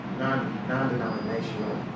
non-denominational